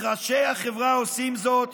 ראשי החברה עושים זאת